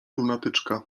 lunatyczka